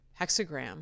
hexagram